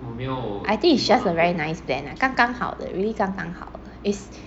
I think it's just a very nice blend 刚刚好的 really 刚刚好 is